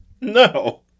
No